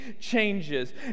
changes